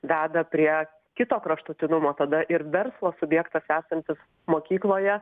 veda prie kito kraštutinumo tada ir verslo subjektas esantis mokykloje